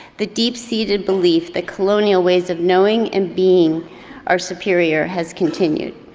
the deep-seated belief that colonial ways of knowing and being our superior has continued.